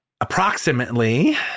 Approximately